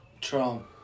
Trump